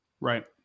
Right